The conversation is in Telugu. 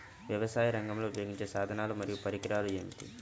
వ్యవసాయరంగంలో ఉపయోగించే సాధనాలు మరియు పరికరాలు ఏమిటీ?